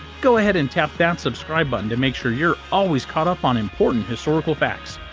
go ahead and tap that subscribe button to make sure you're always caught up on important historical facts!